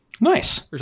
Nice